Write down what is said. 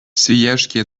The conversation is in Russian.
свияжский